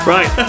Right